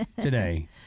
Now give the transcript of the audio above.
today